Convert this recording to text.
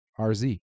RZ